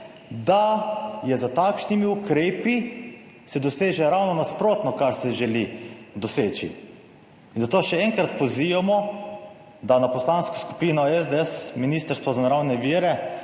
da je z takšnimi ukrepi, se doseže ravno nasprotno, kar se želi doseči in zato še enkrat pozivamo, da na Poslansko skupino SDS, Ministrstvo za naravne vire